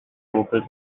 vocals